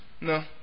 No